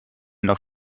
noch